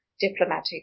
diplomatic